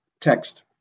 text